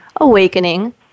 awakening